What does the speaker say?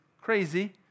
Crazy